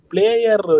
Player